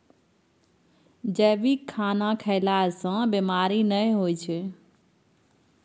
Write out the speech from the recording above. जैविक खाना खएला सँ बेमारी नहि होइ छै